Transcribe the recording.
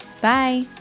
Bye